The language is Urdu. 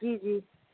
جی جی